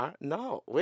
no